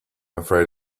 afraid